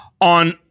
on